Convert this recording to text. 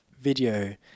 video